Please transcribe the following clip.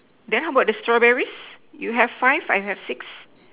then how about the strawberries you have five I have six